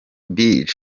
beach